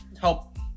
help